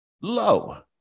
low